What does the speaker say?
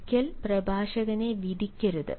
ഒരിക്കലും പ്രഭാഷകനെ വിധിക്കരുത്